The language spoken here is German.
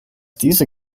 diese